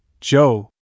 Joe